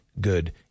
good